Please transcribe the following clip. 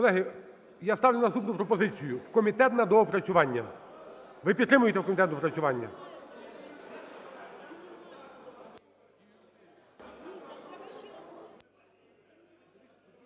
Колеги, я ставлю наступну пропозицію: в комітет на доопрацювання. Ви підтримуєте, в комітет на доопрацювання?